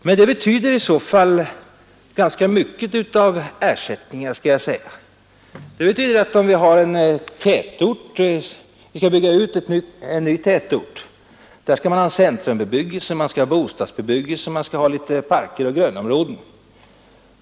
Men det betyder i så fall ganska mycket av ersättningar, skall jag säga. Tänk t.ex. på det fallet att vi skall bygga ut en ny tätort med centrumbebyggelse, bostadsbebyggelse, parker och grönområden.